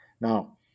Now